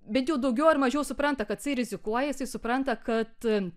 bet jau daugiau ar mažiau supranta kad jisai rizikuoja jisai supranta kad